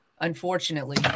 unfortunately